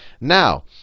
Now